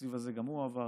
והתקציב הזה גם הוא עבר,